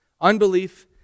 Unbelief